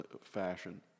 fashion